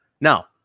Now